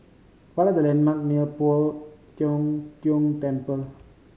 what are the landmark near Poh Tiong Tiong Temple